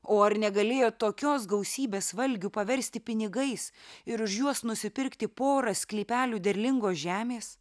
o ar negalėjot tokios gausybės valgių paversti pinigais ir už juos nusipirkti porą sklypelių derlingos žemės